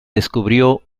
descubrió